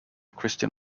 christian